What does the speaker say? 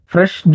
Fresh